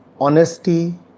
honesty